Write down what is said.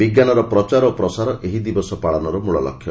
ବିଙ୍କାନର ପ୍ରଚାର ଓ ପ୍ରସାର ଏହି ଦିବସ ପାଳନର ମୂଳ ଲକ୍ଷ୍ୟ